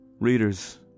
Readers